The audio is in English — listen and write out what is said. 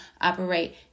operate